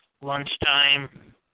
lunchtime